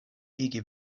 igi